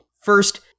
First